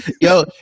Yo